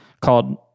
called